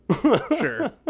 Sure